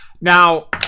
Now